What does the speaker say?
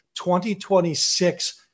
2026